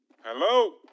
Hello